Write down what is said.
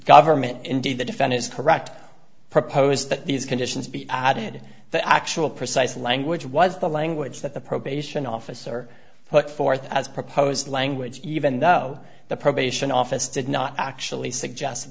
government indeed the defendants correct proposed that these conditions be added the actual precise language was the language that the probation officer put forth as proposed language even though the probation office did not actually suggest